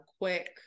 quick